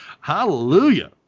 Hallelujah